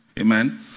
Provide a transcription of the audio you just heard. Amen